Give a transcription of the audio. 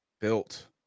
built